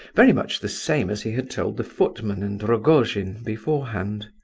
very much the same as he had told the footman and rogojin beforehand.